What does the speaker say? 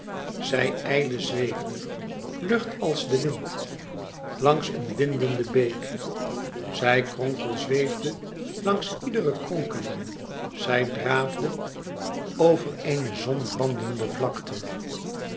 zij ijle zweefde lucht als de wind langs een windende beek zij kronkelzweefde langs iedere kronkeling zij draafde over eene zonbrandende vlakte